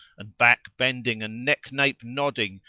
and back bending and neck nape nodding,